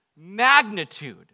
magnitude